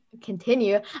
continue